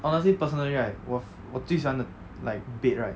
honestly personally right 我我最喜欢的 like bed right